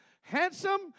handsome